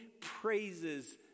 praises